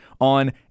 on